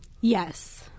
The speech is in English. Yes